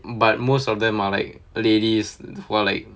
but most of them are like ladies who are like